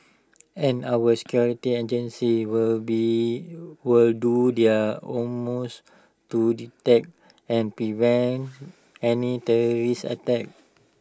and our security agencies will be would do their almost to detect and prevent any terrorist attacks